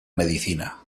medicina